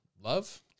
love